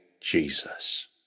Jesus